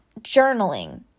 journaling